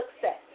success